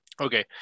Okay